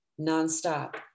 nonstop